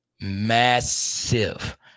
Massive